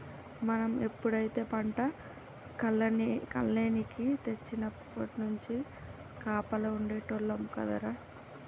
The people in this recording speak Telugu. మనం ఎప్పుడైతే పంట కల్లేనికి తెచ్చినప్పట్నుంచి కాపలా ఉండేటోల్లం కదరా